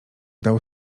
dał